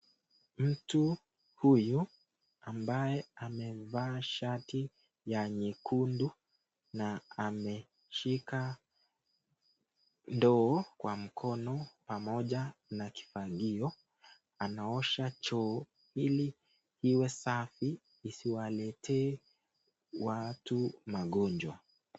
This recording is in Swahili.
Mtu huyu ambaye amevaa shati ya nyekundu na ameshika ndoo kwa mkono pamoja na kifagio anaosha choo ili iwe safi isiswaletee watu magonjwa.